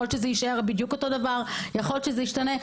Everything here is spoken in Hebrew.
יכול להיות שזה יישאר אותו דבר, אולי ישתנה.